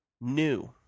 new